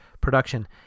production